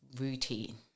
routine